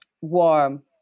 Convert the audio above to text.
warm